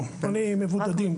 מבודדים.